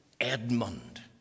Edmund